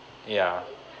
yeah